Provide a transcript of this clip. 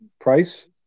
price